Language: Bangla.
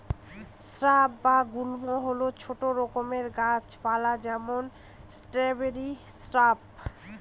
স্রাব বা গুল্ম হল ছোট রকম গাছ পালা যেমন স্ট্রবেরি শ্রাব